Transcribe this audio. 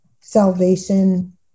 Salvation